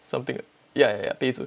something like ya ya ya 杯子